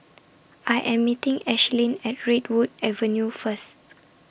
I Am meeting Ashlyn At Redwood Avenue First